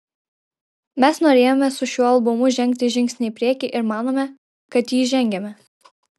mes norėjome su šiuo albumu žengti žingsnį į priekį ir manome kad jį žengėme